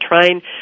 trying